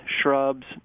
shrubs